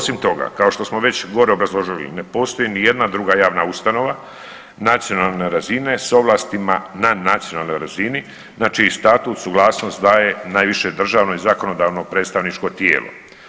Osim toga, kao što smo već gore obrazložili, ne postoji nijedna druga javna ustanova nacionalne razine s ovlastima na nacionalnoj razini, znači i statut i suglasnost daje najviše državno i zakonodavno predstavničko tijelo.